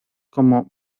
como